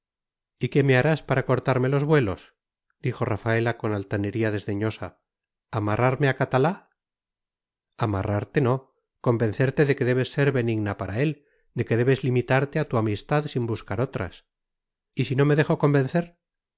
y qué harás para cortarme los vuelos dijo rafaela con altanería desdeñosa amarrarme a catalá amarrarte no convencerte de que debes ser benigna para él de que debes limitarte a su amistad sin buscar otras y si no me dejo convencer